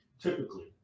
typically